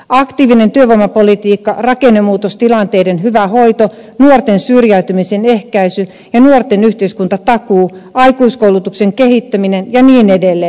aktiivinen työvoimapolitiikka rakennemuutostilanteiden hyvä hoito nuorten syrjäytymisen ehkäisy ja nuorten yhteiskuntatakuu aikuiskoulutuksen kehittäminen ja niin edelleen